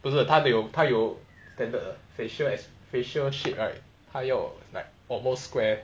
不是他的有他有 standard the facial as facial shape right 要有 like almost square